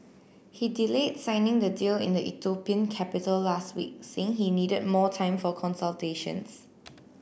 he delay signing the deal in the Ethiopian capital last week saying he needed more time for consultations